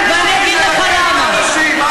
מה את עשית חוץ מללקק לאנשים?